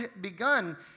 begun